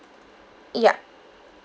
ya